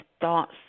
thoughts